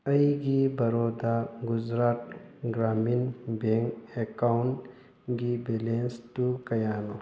ꯑꯩꯒꯤ Baroda Gujarat Gramin bank account ꯒꯤ balance ꯇꯨ ꯀꯌꯥꯅꯣ